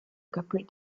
capri